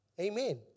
Amen